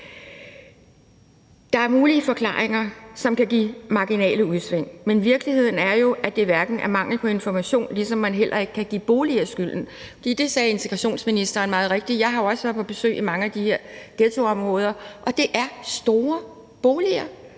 Der er mulige forklaringer, som kan give marginale udsving, men virkeligheden er jo, at det ikke er mangel på information, ligesom man heller ikke kan give boliger skylden. Det sagde integrationsministeren meget rigtigt. Jeg har jo også været på besøg i mange af de her ghettoområder, og det er store boliger